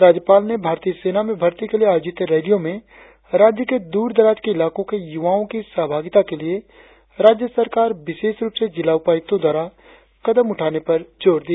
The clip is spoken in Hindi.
राज्यपाल ने भारतीय सेना में भर्ती के लिए आयोजित रैलियों में राज्य के दूर दराज के इलाको के युवाओ की सहभागिता के लिए राज्य सरकार विशेष रुप से जिला उपायुक्तो द्वारा कदम उठाने पर जोर दिया